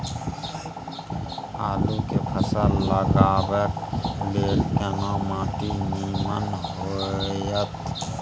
आलू के फसल लगाबय के लेल केना माटी नीमन होयत?